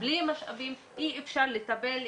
בלי משאבים אי אפשר לטפל,